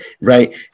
right